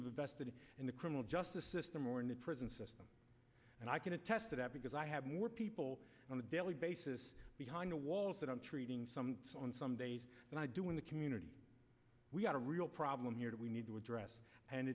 invested in the criminal justice system or in the prison system and i can attest to that because i have more people on a daily basis behind the walls that i'm treating some on some days and i do in the community we've got a real problem here that we need to address and